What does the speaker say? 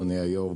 אדוני היושב-ראש,